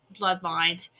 bloodlines